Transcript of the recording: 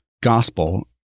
gospel